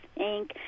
Inc